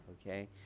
okay